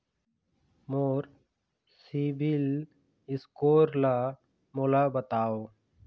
मोर CIBIL score ला मोला बताव?